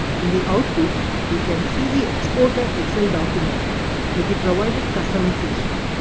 in the output you can see the exported excel document with the provided customization.